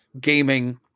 gaming